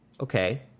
Okay